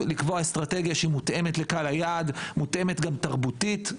לקבוע אסטרטגיה שמותאמת לקהל היעד ומותאמת גם תרבותית.